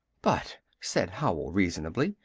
but, said howell reasonably,